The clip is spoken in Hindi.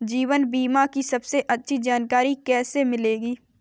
जीवन बीमा की सबसे अच्छी जानकारी कैसे मिलेगी?